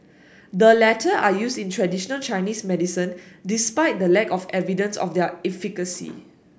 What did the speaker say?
the latter are used in traditional Chinese medicine despite the lack of evidence of their efficacy